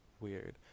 weird